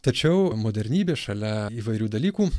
tačiau modernybės šalia įvairių dalykų